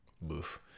boof